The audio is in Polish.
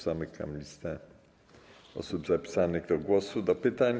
Zamykam listę osób zapisanych do głosu, do pytań.